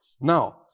Now